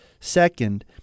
second